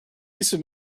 musical